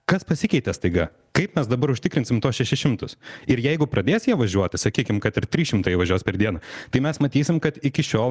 kas pasikeitė staiga kaip mes dabar užtikrinsim tuos šešis šimtus ir jeigu pradės jie važiuoti sakykim kad ir trys šimtai įvažiuos per dieną tai mes matysim kad iki šiol